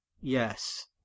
Yes